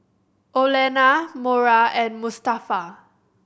Olena Mora and Mustafa